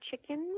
chickens